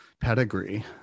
pedigree